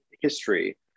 history